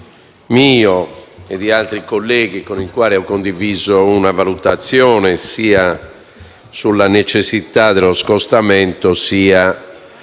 Grazie